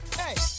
hey